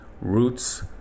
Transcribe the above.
roots